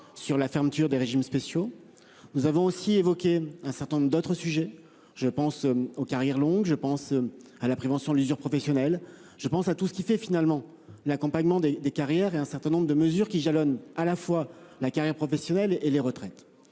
sur la fermeture des régimes spéciaux. Nous avons aussi évoqué un certain nombre d'autres sujets, je pense aux carrières longues. Je pense à la prévention de l'usure professionnelle je pense à tout ce qui fait finalement l'accompagnement des des carrières et un certain nombre de mesures qui jalonnent à la fois la carrière professionnelle et les retraites.